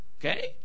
okay